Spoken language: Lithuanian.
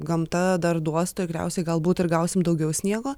gamta dar duos tikriausiai galbūt gausim daugiau sniego